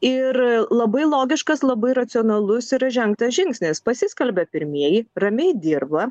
ir labai logiškas labai racionalus ir žengtas žingsnis pasiskelbė pirmieji ramiai dirba